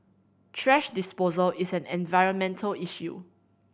thrash disposal is an environmental issue